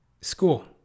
school